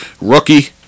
rookie